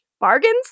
bargains